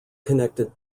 connected